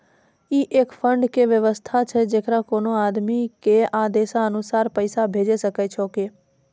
ई एक फंड के वयवस्था छै जैकरा कोनो आदमी के आदेशानुसार पैसा भेजै सकै छौ छै?